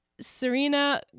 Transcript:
Serena